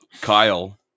Kyle